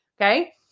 Okay